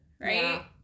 right